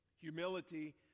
Humility